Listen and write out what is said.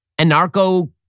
anarcho